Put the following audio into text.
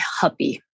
happy